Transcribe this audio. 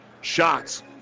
shots